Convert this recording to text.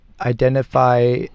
identify